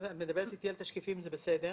מדברת איתי על תשקיפים, שזה בסדר,